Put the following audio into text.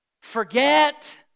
forget